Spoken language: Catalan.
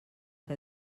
que